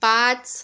पाच